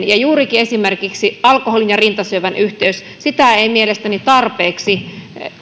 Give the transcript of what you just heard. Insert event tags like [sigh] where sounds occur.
[unintelligible] ja juurikin esimerkiksi alkoholin ja rintasyövän yhteydestä ei mielestäni tarpeeksi